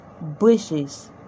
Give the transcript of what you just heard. bushes